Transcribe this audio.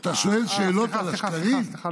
אז אתה שואל שאלות על השקרים?